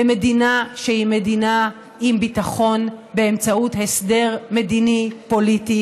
ומדינה שהיא מדינה עם ביטחון באמצעות הסדר מדיני-פוליטי,